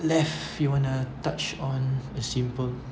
left you wanna touch on a simple